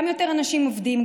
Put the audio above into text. גם יותר אנשים עובדים,